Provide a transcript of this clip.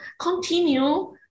continue